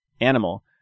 animal